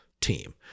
team